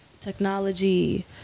technology